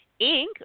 Inc